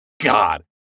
God